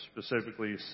specifically